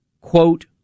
quote